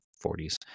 forties